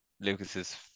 Lucas's